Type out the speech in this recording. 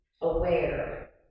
aware